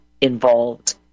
involved